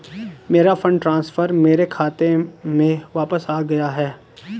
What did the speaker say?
मेरा fund transfer मेरे खाते में वापस आ गया है